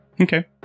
Okay